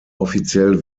offiziell